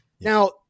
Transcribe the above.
Now